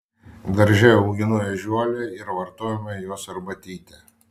darže auginu ežiuolę ir vartojame jos arbatytę